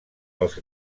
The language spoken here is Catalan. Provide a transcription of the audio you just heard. pels